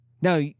Now